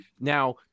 Now